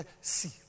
See